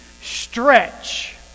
stretch